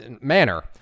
manner